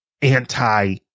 anti